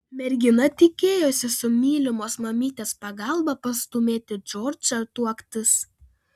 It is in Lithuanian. mergina tikėjosi su mylimos mamytės pagalba pastūmėti džordžą tuoktis